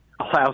allows